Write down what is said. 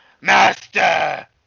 Master